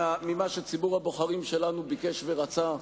ממה שציבור הבוחרים שלנו ביקש ורצה.